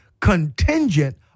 contingent